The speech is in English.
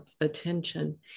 attention